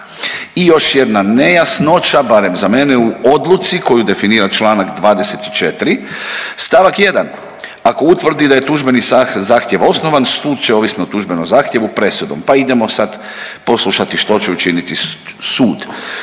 I još jedna nejasnoća, barem za mene, u odluci koju definira čl. 24. st. 1., ako utvrdi da je tužbeni zahtjev osnovan sud će ovisno o tužbenom zahtjevu presudom, pa idemo sad poslušati što će učiniti sud.